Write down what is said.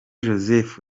joseph